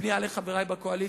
בפנייה לחברי בקואליציה: